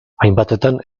hainbatetan